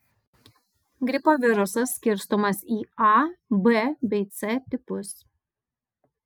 gripo virusas skirstomas į a b bei c tipus